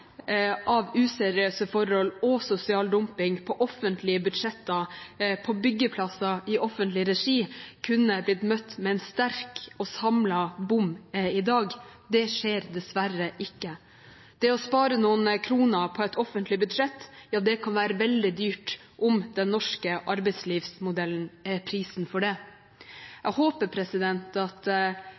av useriøse forhold og sosial dumping på offentlige budsjetter, på byggeplasser i offentlig regi, kunne blitt møtt med en sterk og samlet bom i dag. Det skjer dessverre ikke. Det å spare noen kroner på et offentlig budsjett kan være veldig dyrt om den norske arbeidslivsmodellen er prisen for det. Jeg håper at